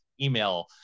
email